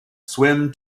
swim